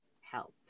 helped